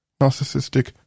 narcissistic